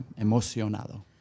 Emocionado